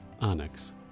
Onyx